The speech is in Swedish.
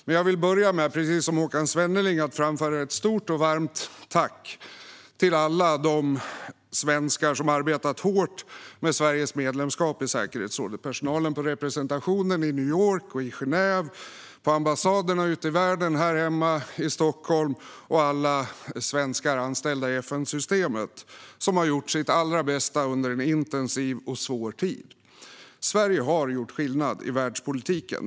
Precis som Håkan Svenneling vill jag börja med att framföra ett stort och varmt tack till alla de svenskar som arbetat hårt med Sveriges medlemskap i säkerhetsrådet och som har gjort sitt allra bästa under en intensiv och svår tid - personalen på representationerna i New York och i Genève, på ambassaderna ute i världen och här hemma i Stockholm och alla svenskar som är anställda i FN-systemet. Sverige har gjort skillnad i världspolitiken.